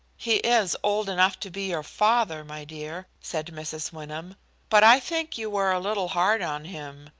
he is old enough to be your father, my dear, said mrs. wyndham but i think you were a little hard on him.